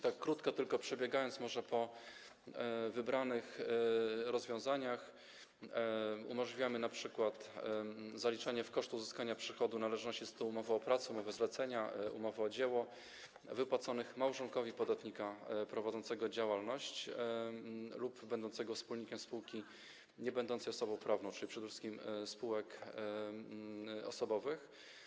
Tak krótko, tylko pobieżnie może przedstawiając wybrane rozwiązania, powiem, że umożliwiamy np. zaliczanie w koszty uzyskania przychodu należności z tytułu umowy o pracę, umowy zlecenia, umowy o dzieło wypłaconych małżonkowi podatnika prowadzącego działalność lub będącego wspólnikiem spółki niebędącej osobą prawną, czyli przede wszystkim spółek osobowych.